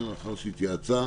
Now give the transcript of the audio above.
לאחר שהתייעצה